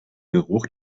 geruch